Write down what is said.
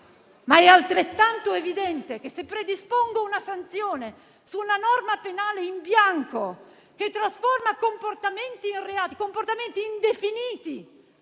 è altrettanto evidente che se predispongo una sanzione su una norma penale in bianco, che trasforma in reati comportamenti indefiniti